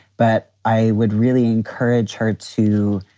but i would really encourage her to,